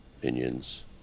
opinions